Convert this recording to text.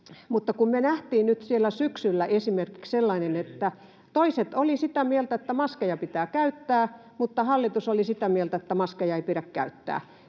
mutta me nähtiin siellä syksyllä esimerkiksi sellainen, että toiset olivat sitä mieltä, että maskeja pitää käyttää, mutta hallitus oli sitä mieltä, että maskeja ei pidä käyttää,